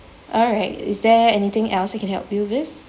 alright is there anything else I can help you with